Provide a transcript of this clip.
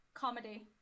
Comedy